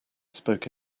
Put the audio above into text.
spoke